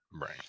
right